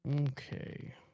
Okay